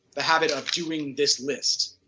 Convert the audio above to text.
the habit of doing this list.